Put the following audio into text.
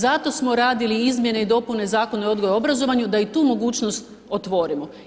Zato smo radili izmjene i dopune Zakona o odgoju i obrazovanju da i tu mogućnost otvorimo.